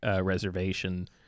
reservation